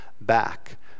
back